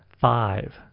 five